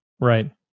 Right